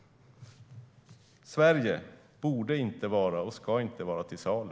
Sverige borde inte och ska inte vara till salu.